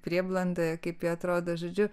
prieblandoje kaip jie atrodo žodžiu